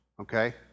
okay